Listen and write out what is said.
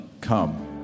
come